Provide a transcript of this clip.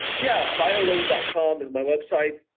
yeah, biolayne dot com is my website,